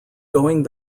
going